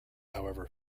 however